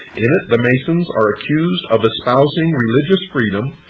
in it, the masons are accused of espousing religious freedom,